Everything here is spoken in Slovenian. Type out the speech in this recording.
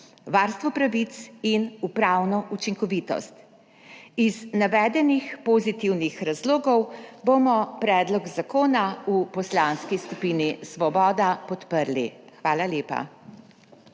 varstvo pravic in upravno učinkovitost. Zaradi navedenih pozitivnih razlogov bomo predlog zakona v Poslanski skupini Svoboda podprli. Hvala lepa.